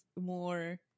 more